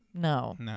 No